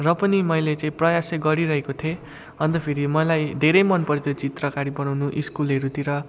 र पनि मैले चाहिँ प्रयास चाहिँ गरिरहेको थिएँ अन्त फेरि मलाई धेरै मन पर्छ चित्रकारी बनाउनु स्कुलहरूतिर